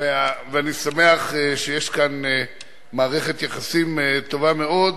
ואני שמח שיש כאן מערכת יחסים טובה מאוד,